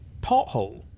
pothole